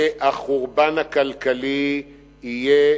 והחורבן הכלכלי יהיה